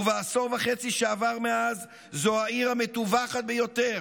ובעשור וחצי שעברו מאז זו העיר המטווחת ביותר,